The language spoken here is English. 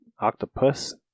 Octopus